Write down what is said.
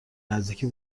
نزدیکی